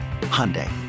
Hyundai